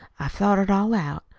i've thought it all out.